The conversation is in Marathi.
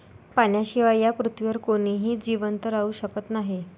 पाण्याशिवाय या पृथ्वीवर कोणीही जिवंत राहू शकत नाही